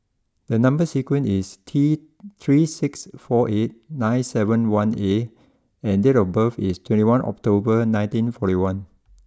number sequence is T three six four eight nine seven one A and date of birth is twenty one October nineteen forty one